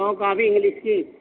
سو copy English کی